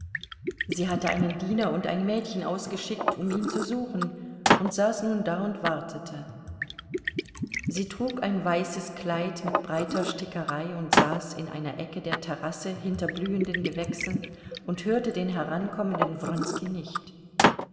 sie hatte einen diener und ein mädchen ausgeschickt um ihn zu suchen und saß nun da und wartete sie trug ein weißes kleid mit breiter stickerei und saß in einer ecke der terrasse hinter blühenden gewächsen und hörte den herankommenden wronski nicht